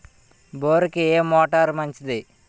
బోరుకి ఏ మోటారు మంచిది?